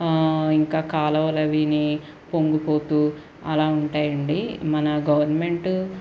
ఇంకా కాలువలు అవినీ పొంగిపోతూ అలా ఉంటాయండి మన గవర్నమెంట్